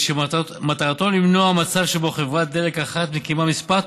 יש תנועה והתנהלות אחרת לגמרי, אני מקווה.